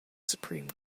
supreme